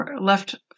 left